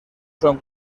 son